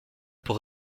pour